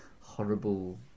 horrible